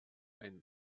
ein